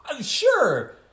Sure